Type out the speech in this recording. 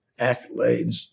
accolades